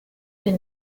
des